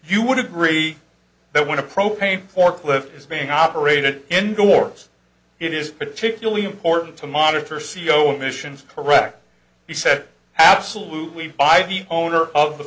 you would agree that want to propane forklift is being operated indoors it is particularly important to monitor c e o emissions correct he said absolutely by the owner of the